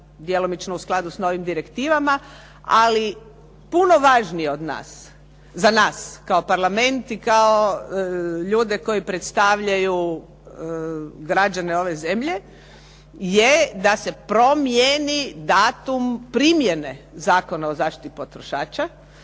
djelomično u skladu s novim direktivama. Ali puno važnije za nas kao parlament i kao ljude koji predstavljaju građane ove zemlje je da se promijeni datum primjene Zakona o zaštiti potrošača,